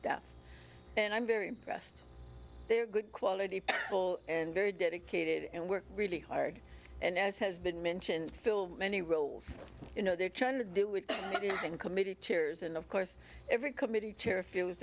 staff and i'm very impressed they are good quality full and very dedicated and work really hard and as has been mentioned phil many roles you know they're trying to do with me in committee chairs and of course every committee chair feels